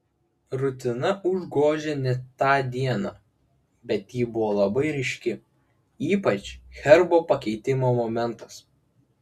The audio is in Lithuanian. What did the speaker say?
rutina užgožė net tą dieną bet ji buvo labai ryški ypač herbo pakeitimo momentas